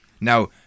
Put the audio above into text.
Now